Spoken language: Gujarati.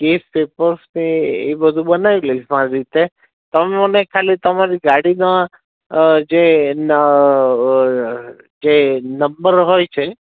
કેશ પેપર્સને એ બધું બનાવી લઈશ મારી રીતે તમે મને ખાલી તમારી ગાડીના જે એના જે નંબર હોય છે